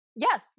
yes